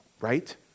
right